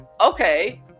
Okay